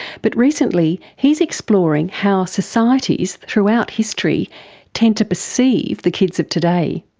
but recently he's exploring how societies throughout history tend to perceive the kids of today.